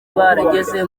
barageze